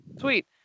Sweet